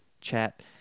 chat